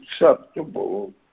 acceptable